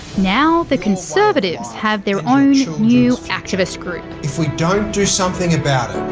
now, the conservatives have their own new activist group. if we don't do something about it,